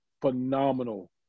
phenomenal